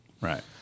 Right